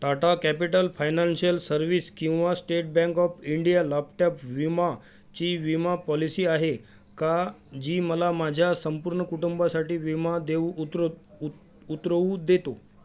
Tata capital financial service किंवा state bank of India laptop विमाची विमा पॉलिसी आहे का जी मला माझ्या संपूर्ण कुटुंबासाठी विमा देऊ उतरव उत उतरवू देतो